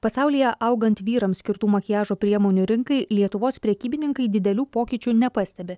pasaulyje augant vyrams skirtų makiažo priemonių rinkai lietuvos prekybininkai didelių pokyčių nepastebi